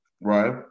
Right